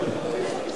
מה פתאום?